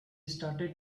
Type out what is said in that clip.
started